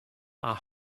are